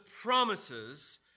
promises